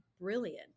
brilliant